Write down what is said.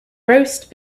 roast